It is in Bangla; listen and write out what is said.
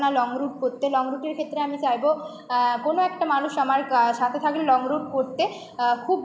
লং রুট করতে লং রুটের ক্ষেত্রে আমি চাইবো কোন একটা মানুষ আমার কা সাথে থাকলে লং রুট করতে খুব